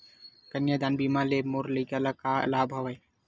कन्यादान बीमा ले मोर लइका ल का लाभ हवय?